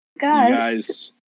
guys